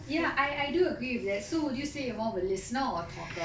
ya I I do agree with that so would you say you are more of a listener or a talker